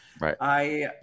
Right